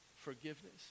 forgiveness